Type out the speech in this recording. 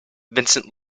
vincent